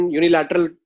unilateral